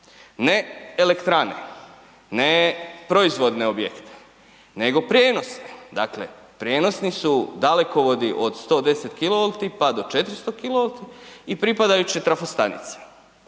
ne elektrane, ne proizvodne objekte, nego prijenosne. Dakle, prijenosni su dalekovodi od 110 kW pa do 400 kW i pripadajuće trafostanice.